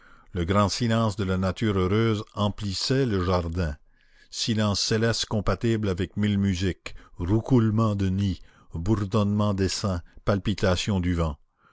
le grand silence de la nature heureuse emplissait le jardin silence céleste compatible avec mille musiques roucoulements de nids bourdonnements d'essaims palpitations du vent